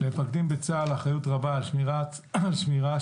למפקדים בצה"ל אחריות רבה על שמירה שסביבת